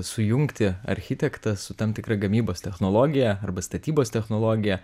sujungti architektą su tam tikra gamybos technologija arba statybos technologija